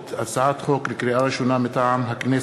לקריאה ראשונה, מטעם הכנסת: